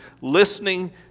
listening